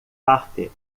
parte